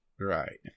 Right